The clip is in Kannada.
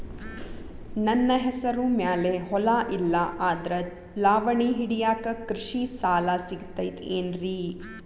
ನನ್ನ ಹೆಸರು ಮ್ಯಾಲೆ ಹೊಲಾ ಇಲ್ಲ ಆದ್ರ ಲಾವಣಿ ಹಿಡಿಯಾಕ್ ಕೃಷಿ ಸಾಲಾ ಸಿಗತೈತಿ ಏನ್ರಿ?